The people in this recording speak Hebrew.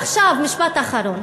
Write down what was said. עכשיו משפט אחרון,